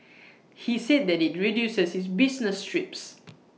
he said that IT reduces his business trips